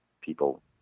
people